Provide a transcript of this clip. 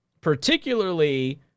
particularly